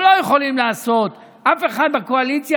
ולא יכולים לעשות: אף אחד בקואליציה